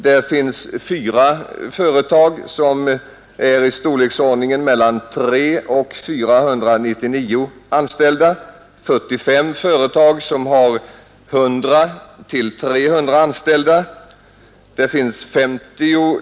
Där finns 4 företag som är i storleksordningen 300-499 anställda och 45 företag som har 100—299 anställda.